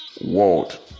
world